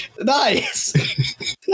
Nice